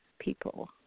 people